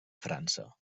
frança